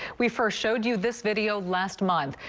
we first showed you this video last month.